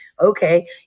okay